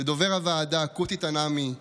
לדובר הוועדה קותי תנעמי,